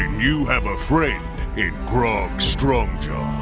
you have a friend in grog strongjaw.